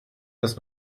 das